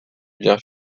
biens